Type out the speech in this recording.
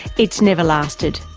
it's never lasted.